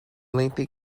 lengthy